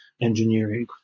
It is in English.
engineering